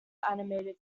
animated